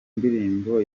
ndirimbo